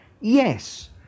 Yes